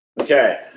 Okay